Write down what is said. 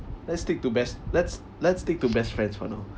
let's stick to best let's let's stick to best friends for now